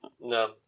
no